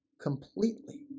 completely